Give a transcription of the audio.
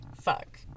fuck